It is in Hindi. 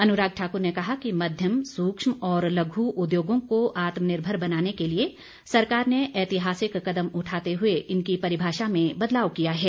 अनुराग ठाकुर ने कहा कि मध्यम सूक्ष्म और लघु उद्योगों को आत्मनिर्भर बनाने के लिए सरकार ने ऐतिहासिक कदम उठाते हुए इनकी परिभाषा में बदलाव किया है